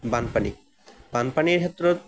বানপানী বানপানীৰ ক্ষেত্ৰত